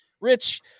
rich